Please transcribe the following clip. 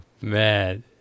man